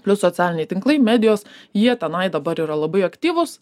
plius socialiniai tinklai medijos jie tenai dabar yra labai aktyvūs